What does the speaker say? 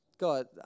God